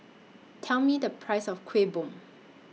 Tell Me The Price of Kuih Bom